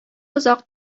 озак